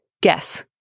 guess